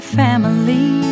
family